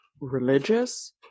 religious